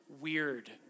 weird